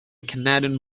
canadian